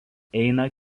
eina